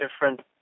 different